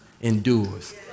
endures